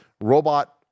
robot